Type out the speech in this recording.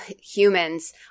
humans